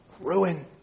ruin